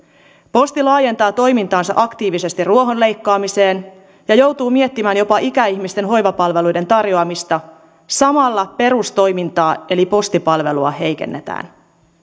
posti laajentaa toimintaansa aktiivisesti ruohonleikkaamiseen ja joutuu miettimään jopa ikäihmisten hoivapalveluiden tarjoamista samalla perustoimintaa eli postipalvelua heikennetään